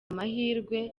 amahirwe